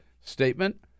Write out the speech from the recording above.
statement